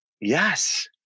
Yes